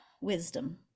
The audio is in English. wisdom